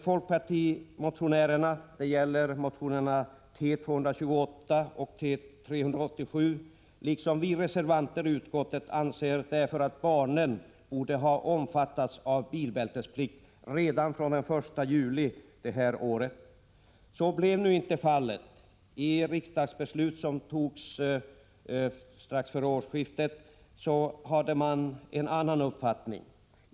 Folkpartimotionärerna — det gäller motionerna T228 och T387 — liksom vi reservanter i utskottet anser därför att barnen borde ha omfattats av bilbältesplikt redan från den 1 juli i år. Så blev nu inte fallet. I det riksdagsbeslut som fattades strax före årsskiftet hade man en annan uppfattning.